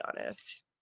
honest